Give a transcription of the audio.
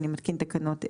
אני מתקינה תקנות אלה: